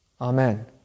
Amen